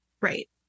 Right